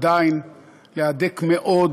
עדיין להדק מאוד